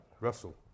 russell